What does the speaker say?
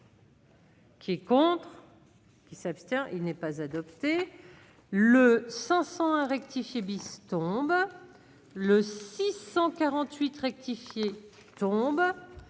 Qui est contre. Qui s'abstient, il n'est pas adopté le 100 101 rectifié bis tombe le 648 rectifié tombe